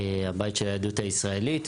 הבית של היהדות הישראלית,